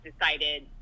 decided